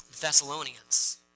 Thessalonians